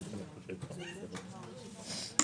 שלום לכולם.